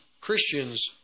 Christians